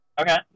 Okay